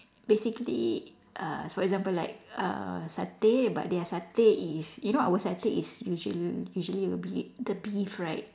basically uh for example like uh satay but their satay is you know our satay is usually usually will be the beef right